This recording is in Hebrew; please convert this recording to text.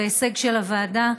וההישג של הוועדה,